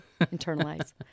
internalize